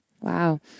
Wow